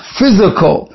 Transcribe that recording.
physical